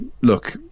Look